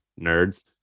nerds